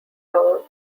power